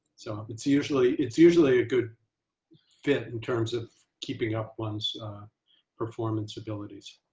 so it's usually it's usually a good fit in terms of keeping up one's performance abilities.